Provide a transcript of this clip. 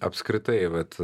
apskritai vat